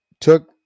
took